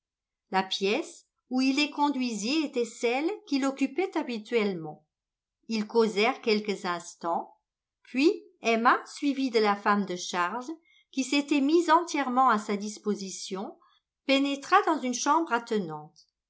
la pièce où il les conduisit était celle qu'il occupait habituellement ils causèrent quelques instants puis emma suivie de la femme de charge qui s'était mise entièrement à sa disposition pénétra dans une chambre attenante